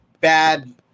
bad